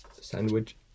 sandwich